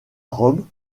rome